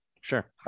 sure